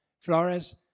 Flores